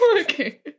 Okay